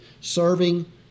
serving